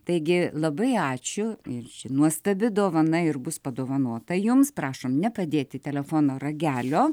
taigi labai ačiū ir ši nuostabi dovana ir bus padovanota jums prašom nepadėti telefono ragelio